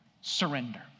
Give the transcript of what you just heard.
surrender